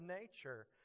nature